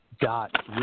dot